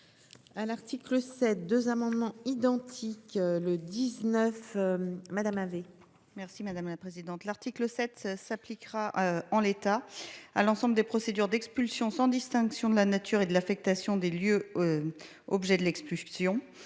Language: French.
À l'article 7 2 amendements identiques, le 19. Madame avez. Merci madame la présidente. L'article 7 s'appliquera en l'état à l'ensemble des procédures d'expulsion sans distinction de la nature et de l'affectation des lieux. Objet de l'expulsion.